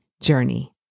journey